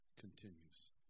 continues